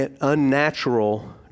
unnatural